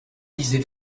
lisez